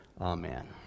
Amen